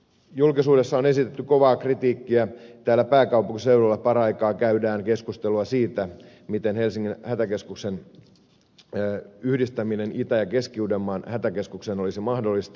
julkisuudessa on esitetty kovaa kritiikkiä siihen ja täällä pääkaupunkiseudulla paraikaa käydään keskustelua siitä miten helsingin hätäkeskuksen yhdistäminen itä ja keski uudenmaan hätäkeskukseen olisi mahdollista